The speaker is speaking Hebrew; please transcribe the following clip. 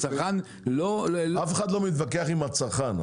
הצרכן לא --- אף אחד לא מתווכח עם הצרכן,